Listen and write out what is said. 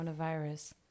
coronavirus